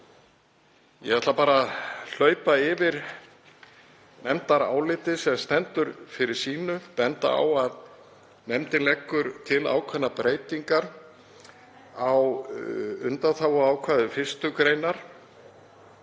Ég ætla bara að hlaupa yfir nefndarálitið sem stendur fyrir sínu og benda á að nefndin leggur til ákveðnar breytingar á undanþáguákvæði 1. gr.,